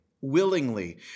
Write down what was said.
willingly